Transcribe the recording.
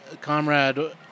Comrade